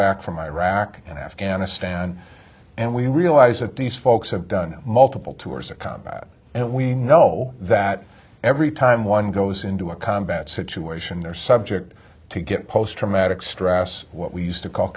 back from iraq and afghanistan and we realize that these folks have done multiple tours of combat and we know that every time one goes into a combat situation subject to get post traumatic stress what we used to call